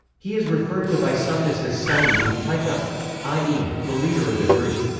he is referred to by sufis as sayyid-ut taifa i e, the leader of the group.